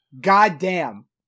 Goddamn